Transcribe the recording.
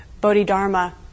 Bodhidharma